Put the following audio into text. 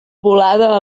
volada